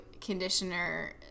conditioner